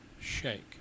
shake